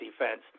defense